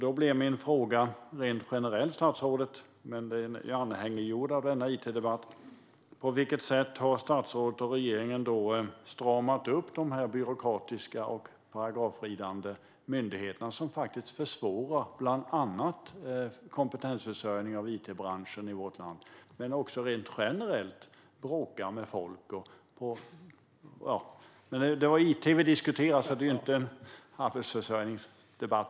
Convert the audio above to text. Då har jag en generell fråga, men den hänger samman med denna it-debatt. På vilket sätt har statsrådet och regeringen stramat upp dessa byråkratiska och paragrafridande myndigheter, som faktiskt försvårar bland annat kompetensförsörjningen av it-branschen i vårt land men också rent generellt bråkar med folk? Men det är it som vi diskuterar, och det är inte en generell kompetensförsörjningsdebatt.